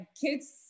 kids